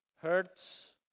Hurts